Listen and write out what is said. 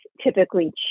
typically